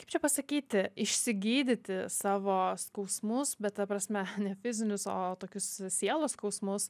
kaip čia pasakyti išsigydyti savo skausmus bet ta prasme ne fizinius o tokius sielos skausmus